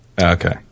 Okay